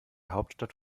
hauptstadt